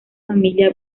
familia